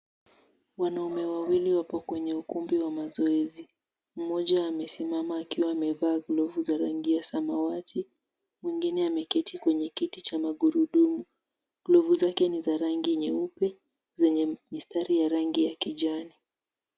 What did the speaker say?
Wanaume wawili wapo kwenye ukumbi wa mazoezi. Mmoja amesimama akiwa amevaa glovu za rangi ya samawati. Mwingine ameketi kwenye kiti cha magurudumu. Glovu zake ni za rangi nyeupe zenye mistari ya rangi ya kijani.